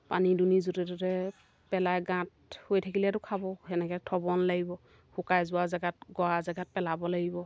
পানী দুনি য'তে ত'তে পেলাই গাঁত হৈ থাকিলেতো খাব সেনেকৈ থ'ব নালাগিব শুকাই যোৱা জেগাত গৰা জেগাত পেলাব লাগিব